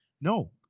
No